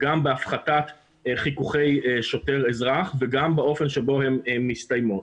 גם בהפחתת חיכוכי שוטר-אזרח וגם באופן שבו הם מסתיימים.